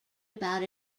about